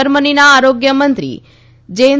જર્મનીના આરોગ્યમંત્રી જેન